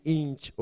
inch